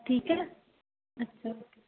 ਠੀਕ ਏ ਅੱਛਾ